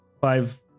five